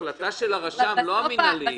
ההחלטה של הרשם, לא המינהלי.